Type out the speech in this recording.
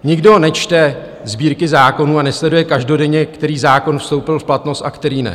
Nikdo nečte sbírky zákonů a nesleduje každodenně, který zákon vstoupil v platnost a který ne.